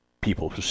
people